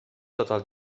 total